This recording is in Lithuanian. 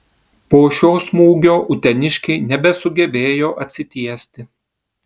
po šio smūgio uteniškiai nebesugebėjo atsitiesti